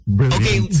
Okay